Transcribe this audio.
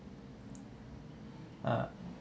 ah